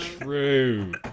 true